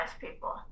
people